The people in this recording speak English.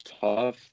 tough